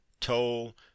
toll